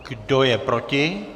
Kdo je proti?